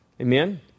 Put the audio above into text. Amen